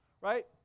right